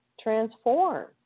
transform